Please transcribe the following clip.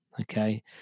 okay